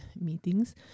meetings